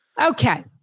Okay